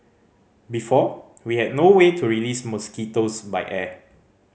before we had no way to release mosquitoes by air